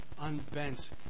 unbent